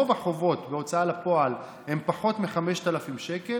רוב החובות בהוצאה לפועל הם פחות מ-5,000 שקל,